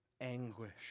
anguish